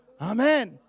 Amen